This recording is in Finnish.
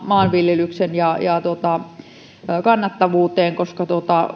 maanviljelyksen kannattavuuteen koska